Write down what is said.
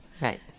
Right